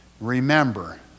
Remember